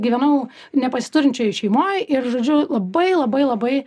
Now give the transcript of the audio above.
gyvenau nepasiturinčioj šeimoj ir žodžiu labai labai labai